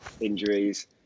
injuries